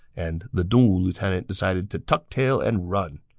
and the dongwu lieutenant decided to tuck tail and run.